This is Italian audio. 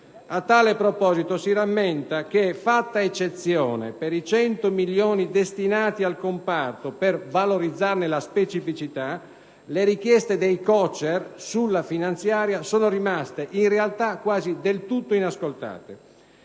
A tale proposito, si rammenta che, fatta eccezione per i 100 milioni destinati al comparto per valorizzarne la specificità, le richieste dei COCER sulla finanziaria sono rimaste, in realtà, quasi del tutto inascoltate.